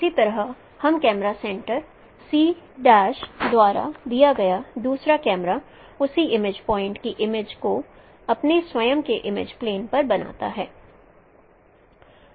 इसी तरह camera centre द्वारा दिया गया दूसरा कैमरा उसी इमेज पॉइंट की इमेज को अपने स्वयं के इमेज प्लेन पर बनाता है